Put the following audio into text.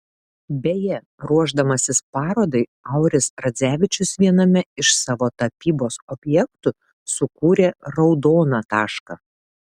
beje ruošdamasis parodai auris radzevičius viename iš savo tapybos objektų sukūrė raudoną tašką